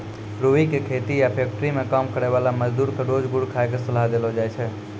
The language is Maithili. रूई के खेत या फैक्ट्री मं काम करै वाला मजदूर क रोज गुड़ खाय के सलाह देलो जाय छै